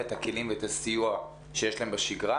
את הכלים ואת הסיוע שיש להם בשגרה,